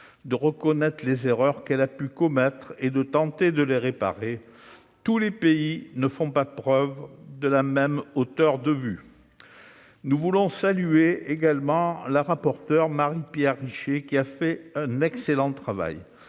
de reconnaître les erreurs qu'elle a pu commettre et de tenter de les réparer. Tous les États ne font pas preuve de la même hauteur de vue. Nous tenons à saluer notre rapporteure, Marie-Pierre Richer, qui a accompli un excellent travail.